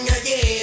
again